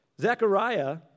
Zechariah